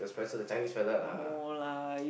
no lah you